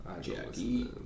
Jackie